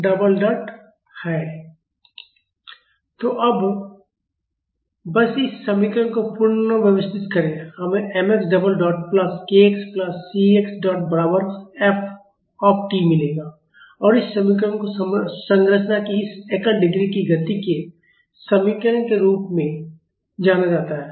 तो अब बस इस समीकरण को पुनर्व्यवस्थित करें हमें mx double dot plus kx plus cx dot बराबर f ऑफ t मिलेगा और इस समीकरण को संरचना की इस एकल डिग्री की गति के समीकरण के रूप में जाना जाता है